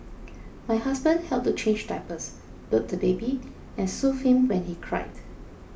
my husband helped to change diapers burp the baby and soothe him when he cried